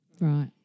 Right